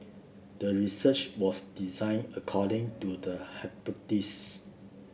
the research was designed according to the hypothesis